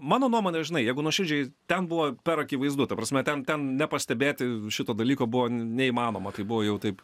mano nuomone žinai jeigu nuoširdžiai ten buvo per akivaizdu ta prasme ten ten nepastebėti šito dalyko buvo neįmanoma kai buvo jau taip